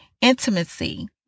intimacy